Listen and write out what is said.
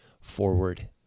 forward